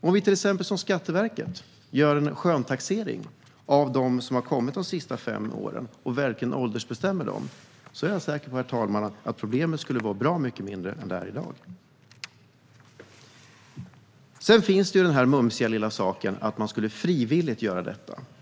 Om vi till exempel, som Skatteverket, gör en skönstaxering av dem som har kommit de senaste fem åren och verkligen åldersbestämmer dem är jag, herr talman, säker på att problemet skulle vara bra mycket mindre än i dag. Sedan finns den mumsiga lilla saken att friskolorna skulle göra detta frivilligt.